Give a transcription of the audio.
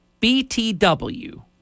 BTW